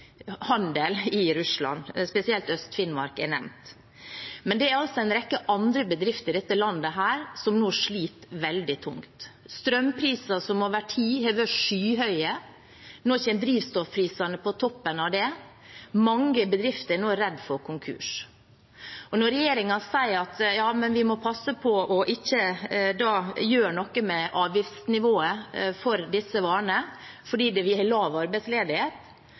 handel med Russland, spesielt Øst-Finnmark er nevnt. Men det er også en rekke andre bedrifter i dette landet som nå sliter veldig tungt, f.eks. med strømpriser som over tid har vært skyhøye. Nå kommer drivstoffprisene på toppen av det. Mange bedrifter er nå redde for konkurs. Når regjeringen sier at vi må passe på ikke å gjøre noe med avgiftsnivået for disse varene fordi vi har lav arbeidsledighet,